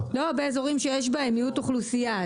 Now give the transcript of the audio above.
באזורים שיש בהם מיעוט אוכלוסייה.